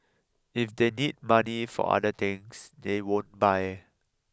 if they need money for other things they won't buy